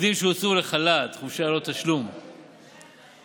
בשיעור של 0.39% נוספים,